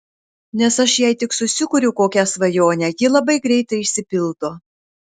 nes aš jei tik susikuriu kokią svajonę ji labai greitai išsipildo